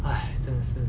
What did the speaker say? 哎真的是